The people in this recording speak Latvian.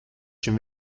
šim